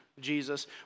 Jesus